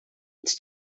ets